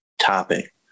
topic